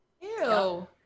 Ew